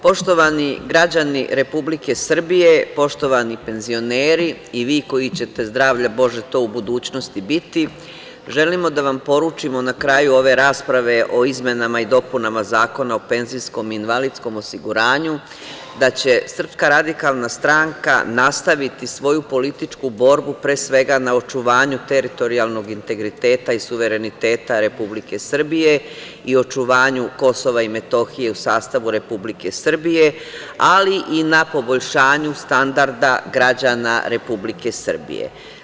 Poštovani građani Republike Srbije, poštovani penzioneri i vi koji ćete zdravlja bože to u budućnosti biti, želimo da vam poručimo na kraju ove rasprave o izmenama i dopunama Zakona o PIO da će SRS nastaviti svoju političku borbu, pre svega na očuvanju teritorijalnog integriteta i suvereniteta Republike Srbije i očuvanju Kosova i Metohije u sastavu Republike Srbije, ali i na poboljšanju standarda građana Republike Srbije.